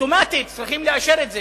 אוטומטית צריך לאשר את זה,